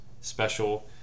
special